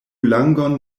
langon